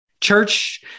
church